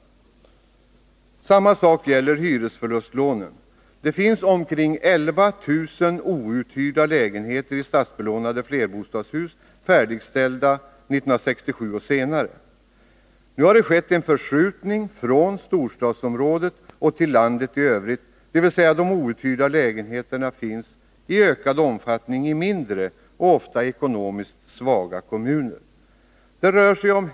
Samma sak gäller hyresförlustlånen. Det finns omkring 11 000 outhyrda lägenheter i statsbelånade flerbostadshus färdigställda 1967 och senare. En förskjutning har skett från storstadsområdet till landet i övrigt, dvs. de outhyrda lägenheterna finns i ökad omfattning i mindre och ofta ekonomiskt svaga kommuner.